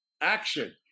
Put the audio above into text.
action